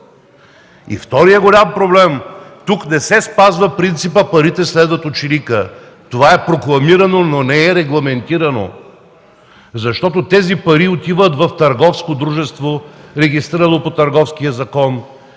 Вторият голям проблем – тук не се спазва принципът „парите следват ученика”. Това е прокламирано, но не е регламентирано! Тези пари отиват в търговско дружество, регистрирано по Търговския закон